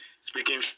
speaking